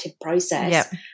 process